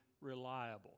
reliable